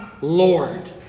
Lord